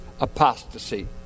apostasy